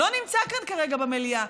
לא נמצא כאן כרגע במליאה.